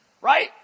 Right